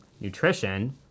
nutrition